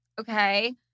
okay